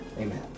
amen